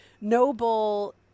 Noble –